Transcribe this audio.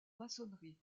maçonnerie